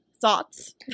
thoughts